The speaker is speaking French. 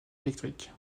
électrique